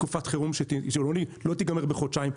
תקופת חירום שלא תיגמר בחודשיים,